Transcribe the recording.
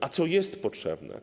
A co jest potrzebne?